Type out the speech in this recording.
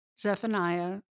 Zephaniah